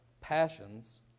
passions